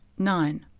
nine.